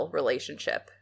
relationship